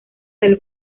del